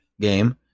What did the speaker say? game